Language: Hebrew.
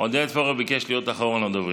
איפה עודד?